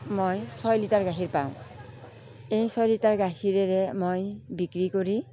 মই ছয় লিটাৰ গাখীৰ পাওঁ এই ছয় লিটাৰ গাখীৰেৰে মই বিক্ৰী কৰি